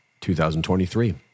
2023